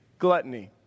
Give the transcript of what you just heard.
Gluttony